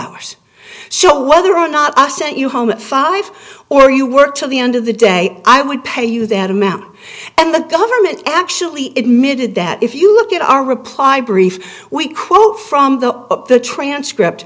hours so whether or not i sent you home at five or you work till the end of the day i would pay you that amount and the government actually admitted that if you look at our reply brief we quote from the the transcript